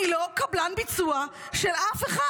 אני לא קבלן ביצוע של אף אחד.